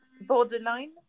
borderline